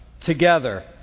together